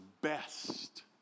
best